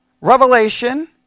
Revelation